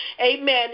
amen